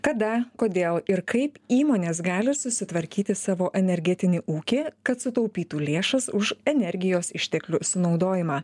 kada kodėl ir kaip įmonės gali susitvarkyti savo energetinį ūkį kad sutaupytų lėšas už energijos išteklių sunaudojimą